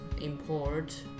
import